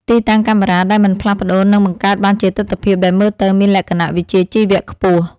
ទីតាំងកាមេរ៉ាដែលមិនផ្លាស់ប្តូរនឹងបង្កើតបានជាទិដ្ឋភាពដែលមើលទៅមានលក្ខណៈវិជ្ជាជីវៈខ្ពស់។